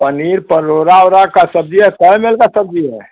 पनीर परोरा ओरा का सब्जी है कै मेल का सब्जी है